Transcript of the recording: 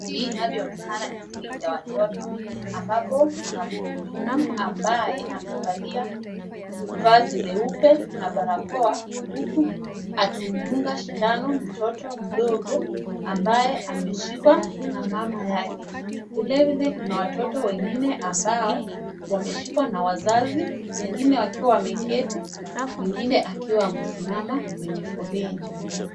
Hii inavyoonekana ni kliniki ya watoto ambapo Kuna muhudumu mbaye amevalia vazi leupe na barakoa huku akimdunga sindano mtoto mdogo ambaye ameshikwa na mama yake vile vile Kuna watoto wengine ambao wameshikwa na wazazi wengine wakiwa wameketi wengine wakiwa wamesimama kwenye foleni.